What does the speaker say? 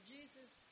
Jesus